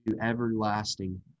everlasting